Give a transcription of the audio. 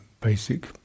basic